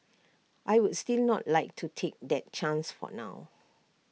I would still not like to take that chance for now